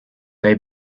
they